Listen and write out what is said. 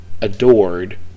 adored